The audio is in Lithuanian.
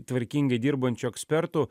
tvarkingai dirbančių ekspertų